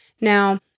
Now